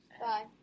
Bye